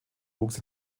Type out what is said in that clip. wuchs